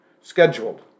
scheduled